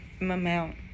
amount